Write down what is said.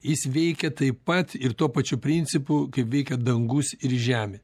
jis veikia taip pat ir tuo pačiu principu veikia dangus ir žemė